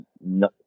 no